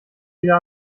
wieder